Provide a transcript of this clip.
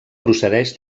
procedeix